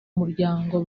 muryango